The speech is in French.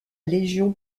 légion